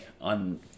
on